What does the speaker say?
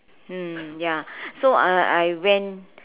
mm ya so uh I went